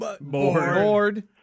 Bored